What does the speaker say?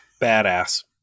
Badass